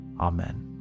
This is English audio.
amen